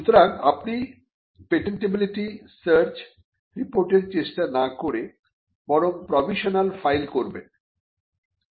সুতরাং আপনি patentability search রিপোর্টের চেষ্টা না করে বরং প্রভিশনাল ফাইল করবেন